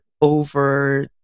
over